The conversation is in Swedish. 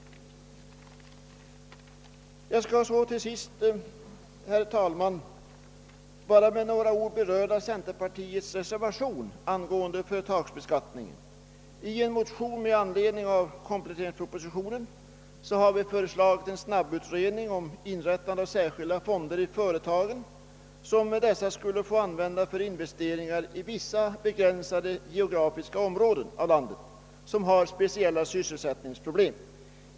Till sist, herr talman, skall jag med några ord beröra centerpartiets reser-- vation angående företagsbeskattningen. I en motion med anledning av komplet-- teringspropositionen har vi föreslagit en snabbutredning om inrättande av särskilda fonder i företagen, som dessa skulle få använda för investeringar i vissa begränsade geografiska områden av landet, vilka har speciella SyS selsättningsproblem.